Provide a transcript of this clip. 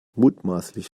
mutmaßlich